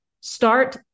start